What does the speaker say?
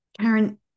Karen